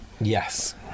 Yes